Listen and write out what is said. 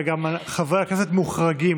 וחברי הכנסת מוחרגים,